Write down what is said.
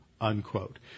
unquote